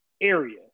area